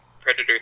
predator